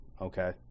Okay